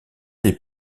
des